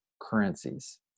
currencies